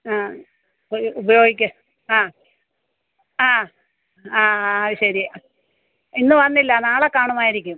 ഉപയോഗിക്ക് ആ ആ ആ ശരി ഇന്ന് വന്നില്ല നാളെ കാണുമായിരിക്കും